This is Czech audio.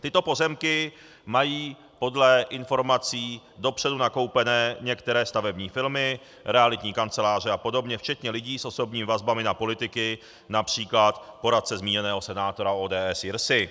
Tyto pozemky mají podle informací dopředu nakoupené některé stavební firmy, realitní kanceláře apod., včetně lidí s osobními vazbami na politiky, například poradce zmíněného senátora ODS Jirsy.